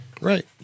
Right